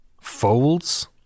Folds